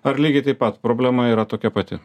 ar lygiai taip pat problema yra tokia pati